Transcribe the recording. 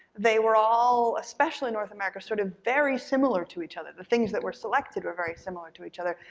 they were all, especially north america, sort of very similar to each other. the things that were selected were very similar to each other.